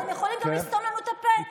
אתם יכולים גם לסתום לנו את הפה.